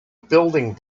building